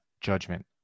judgment